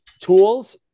tools